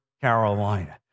Carolina